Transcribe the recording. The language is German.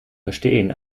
verstehen